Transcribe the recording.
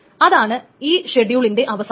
അതാണ് ഈ ഷെഡ്യൂളിന്റെ അവസാനം